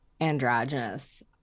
Androgynous